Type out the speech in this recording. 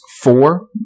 four